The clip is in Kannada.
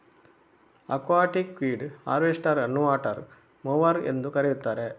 ಅಕ್ವಾಟಿಕ್ವೀಡ್ ಹಾರ್ವೆಸ್ಟರ್ ಅನ್ನುವಾಟರ್ ಮೊವರ್ ಎಂದೂ ಕರೆಯುತ್ತಾರೆ